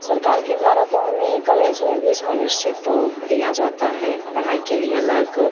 सरकार के द्वारा तो हमें कम एज में भी इस्कॉलरशिप दिया जाता है पढ़ाई के लिए अलग